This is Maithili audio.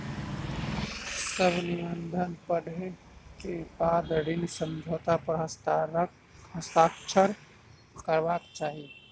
सभ निबंधन पढ़ै के बाद ऋण समझौता पर हस्ताक्षर करबाक चाही